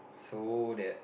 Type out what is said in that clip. so that